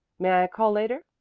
may i call later?